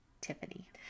Tiffany